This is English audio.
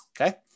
okay